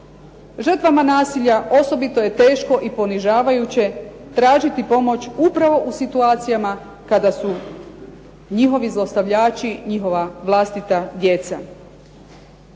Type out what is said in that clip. Žrtvama nasilja osobito je teško i ponižavajuće tražiti pomoć upravo u situacijama kada su njihovi zlostavljači njihova vlastita djeca.